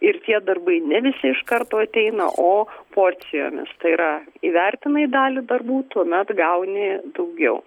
ir tie darbai ne visi iš karto ateina o porcijomis tai yra įvertinai dalį darbų tuomet gauni daugiau